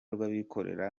rw’abikorera